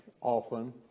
often